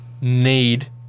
need